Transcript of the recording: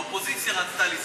האופוזיציה רצתה לסגור.